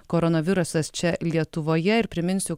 koronavirusas čia lietuvoje ir priminsiu